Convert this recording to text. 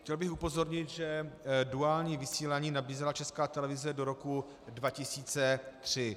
Chtěl bych upozornit, že duální vysílání nabízela Česká televize do roku 2003.